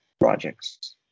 projects